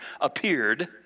appeared